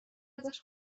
ازش